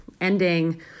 ending